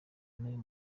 n’uyu